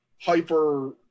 hyper